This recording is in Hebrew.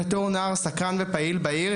בתור נער סקרן ופעיל בעיר,